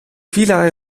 villa